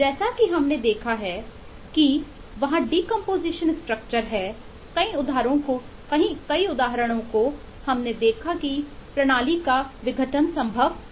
जैसा कि हमने देखा है कि वहाँ डीकंपोजिशन स्ट्रक्चर है कई उदाहरणों को हमने देखा की प्रणाली का विघटन संभव है